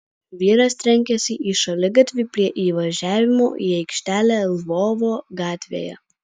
vyras trenkėsi į šaligatvį prie įvažiavimo į aikštelę lvovo gatvėje